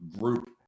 group